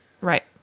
Right